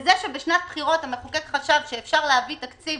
זה שהמחוקק חשב שבשנת בחירות אפשר להביא תקציב